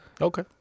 Okay